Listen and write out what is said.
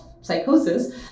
psychosis